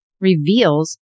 reveals